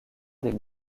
des